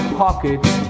pockets